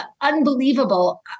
unbelievable